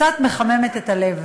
קצת מחממת את הלב.